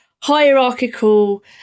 hierarchical